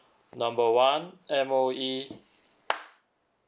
number one M_O_E